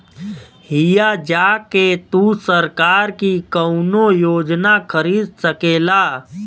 हिया जा के तू सरकार की कउनो योजना खरीद सकेला